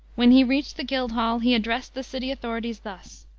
when he reached the guild-hall, he addressed the city authorities thus